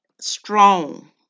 strong